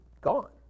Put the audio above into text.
gone